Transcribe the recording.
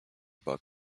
book